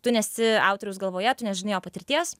tu nesi autoriaus galvoje tu nežinai jo patirties